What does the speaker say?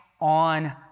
on